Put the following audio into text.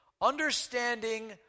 Understanding